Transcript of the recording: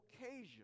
occasion